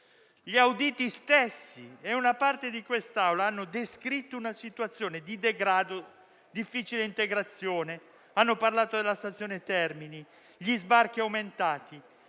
Gli auditi stessi e una parte di quest'Aula hanno descritto una situazione di degrado e di difficile integrazione; hanno parlato della stazione Termini e degli sbarchi aumentati.